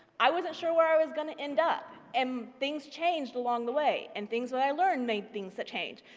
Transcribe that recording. i wasn't sure where i was going to end up and things changed along the way and things that but i learned made things that change,